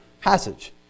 passage